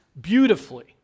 beautifully